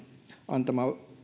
antama